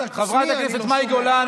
חברת הכנסת מאי גולן,